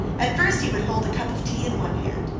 at first he would hold a cup of tea in one hand,